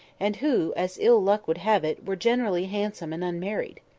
and who, as ill-luck would have it, were generally handsome and unmarried.